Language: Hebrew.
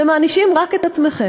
אתם מענישים רק את עצמכם,